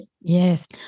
Yes